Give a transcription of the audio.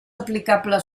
aplicable